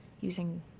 using